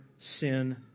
sin